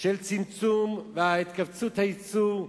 של הצמצום ושל התכווצות הייצור.